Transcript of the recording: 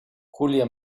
julia